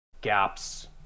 gaps